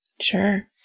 Sure